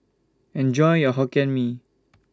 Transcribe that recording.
Enjoy your Hokkien Mee